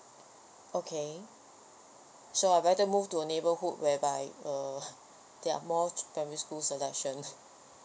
okay so I better move to a neighborhood whereby uh there are more primary school selections